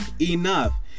enough